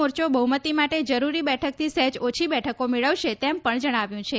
મોરચો બહુમતી માટે જરૂરી બેઠકથી સહેજ ઓછી બેઠકો મેળવશે તેમ પણ જણાવ્યું છે